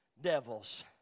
devils